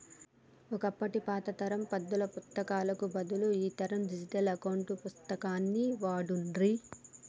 ఒకప్పటి పాత తరం పద్దుల పుస్తకాలకు బదులు ఈ తరం డిజిటల్ అకౌంట్ పుస్తకాన్ని వాడుర్రి